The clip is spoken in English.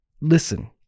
listen